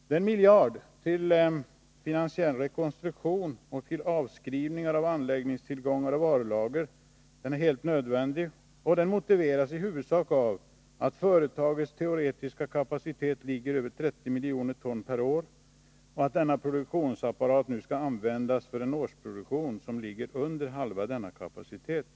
Den miljard som anslås till finansiell rekonstruktion och till avskrivning av anläggningstillgångar och varulager är helt nödvändig och motiveras i huvudsak av att företagets produktionsapparat har en teoretisk kapacitet på över 30 miljoner ton per år och att denna produktionsapparat nu skall användas för en årsproduktion som ligger under halva denna kapacitet.